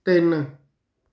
ਤਿੰਨ